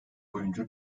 oyuncu